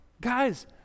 Guys